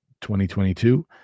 2022